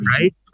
right